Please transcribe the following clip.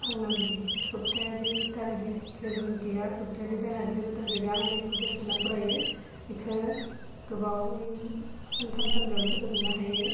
आंना बिदि सबप्तायारि टारगेट जेबो गैया सबप्तायारि दानारि जेबो टारगेट गैया आं जे गोसो होनानै फरायो बेखो गोबावनि सान्थाम सानब्रैआवनो फोजोबनो हायो